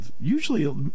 Usually